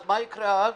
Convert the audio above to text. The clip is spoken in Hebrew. מה יקרה אז?